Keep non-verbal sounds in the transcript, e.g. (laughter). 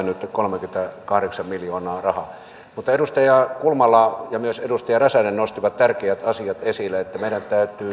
(unintelligible) nyt kolmekymmentäkahdeksan miljoonaa rahaa edustaja kulmala ja myös edustaja räsänen nostivat tärkeät asiat esille meidän täytyy